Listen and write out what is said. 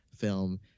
film